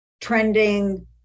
trending